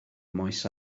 maes